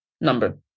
number